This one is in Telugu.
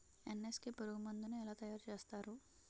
ఎన్.ఎస్.కె పురుగు మందు ను ఎలా తయారు చేస్తారు?